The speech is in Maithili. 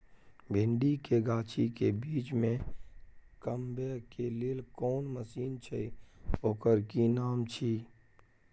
भिंडी के गाछी के बीच में कमबै के लेल कोन मसीन छै ओकर कि नाम छी?